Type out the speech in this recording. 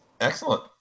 Excellent